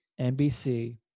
NBC